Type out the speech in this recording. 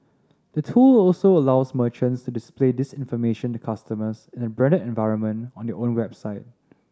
the tool also allows merchants to display this information to customers in a branded environment on their own website